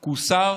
כי הוא שר